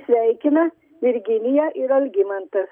sveikina virginija ir algimantas